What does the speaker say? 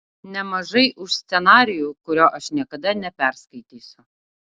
nemažai už scenarijų kurio aš niekada neperskaitysiu